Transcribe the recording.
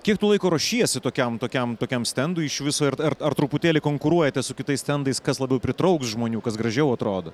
kiek tu laiko ruošiesi tokiam tokiam tokiam stendui iš viso ir ar ar ar truputėlį konkuruojate su kitais stentais kas labiau pritrauks žmonių kas gražiau atrodo